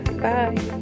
Bye